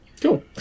cool